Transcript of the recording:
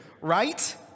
right